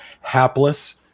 hapless